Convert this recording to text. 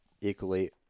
equally